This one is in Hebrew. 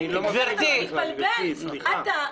אתה מתבלבל.